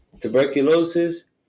tuberculosis